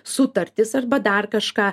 sutartis arba dar kažką